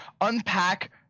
unpack